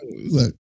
look